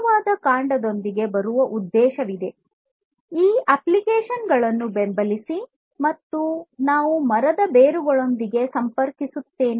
ಸೂಕ್ತವಾದ ಕಾಂಡದೊಂದಿಗೆ ಬರುವ ಉದ್ದೇಶವಿದೆ ಈ ಅಪ್ಲಿಕೇಶನ್ಗಳನ್ನು ಬೆಂಬಲಿಸಿ ಮತ್ತು ನಾವು ಮರದ ಬೇರುಗಳೊಂದಿಗೆ ಸಂಪರ್ಕಿಸುತ್ತೇವೆ